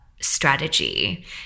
strategy